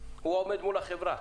הוא עומד מול החברה.